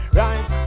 right